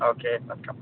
okay welcome